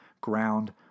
ground